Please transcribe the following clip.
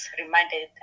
reminded